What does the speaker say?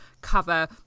cover